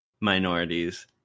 minorities